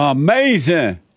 Amazing